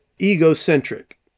egocentric